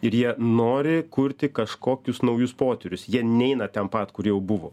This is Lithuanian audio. ir jie nori kurti kažkokius naujus potyrius jie neina ten pat kur jau buvo